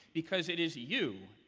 because it is you,